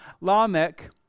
Lamech